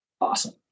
awesome